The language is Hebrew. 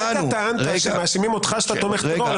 הרגע טענת שמאשימים אותך שאתה תומך טרור,